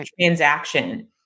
transaction